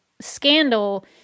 scandal